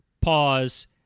pause